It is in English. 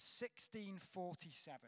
1647